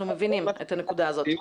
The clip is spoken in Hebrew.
אנחנו מבינים את הנקודה הזאת.